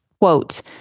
quote